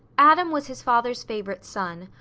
adam was his father's favourite son,